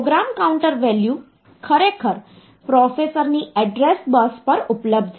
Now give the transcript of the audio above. programme counter value ખરેખર પ્રોસેસરની address bus પર ઉપલબ્ધ છે